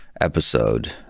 episode